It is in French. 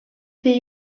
fait